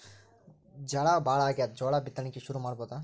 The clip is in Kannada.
ಝಳಾ ಭಾಳಾಗ್ಯಾದ, ಜೋಳ ಬಿತ್ತಣಿಕಿ ಶುರು ಮಾಡಬೋದ?